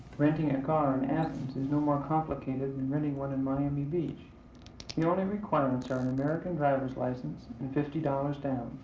renting a car in athens is no more complicated than renting one in miami beach the only requirements are an american driver's license and fifty dollars down.